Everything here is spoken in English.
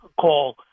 call